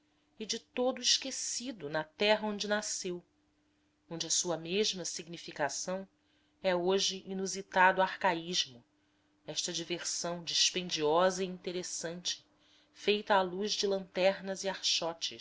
e de todo esquecida na terra onde nasceu onde a sua mesma significação é hoje inusitado arcaísmo esta diversão dispendiosa e interessante feita à luz de lanternas e